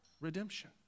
redemption